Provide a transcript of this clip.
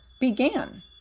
began